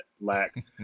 lack